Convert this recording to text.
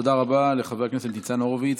תודה רבה לחבר הכנסת ניצן הורוביץ.